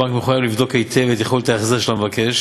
הבנק מחויב לבדוק היטב את יכולת ההחזר של המבקש